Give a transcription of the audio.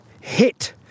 hit